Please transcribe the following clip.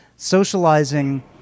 socializing